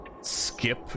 skip